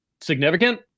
significant